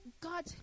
God